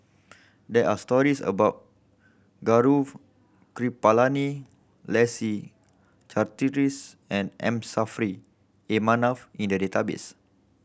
there are stories about Gaurav Kripalani Leslie Charteris and M Saffri A Manaf in the database